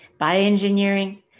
bioengineering